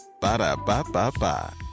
Ba-da-ba-ba-ba